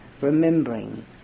remembering